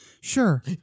Sure